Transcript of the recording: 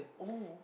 oh